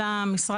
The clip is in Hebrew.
אלא משרד הפנים.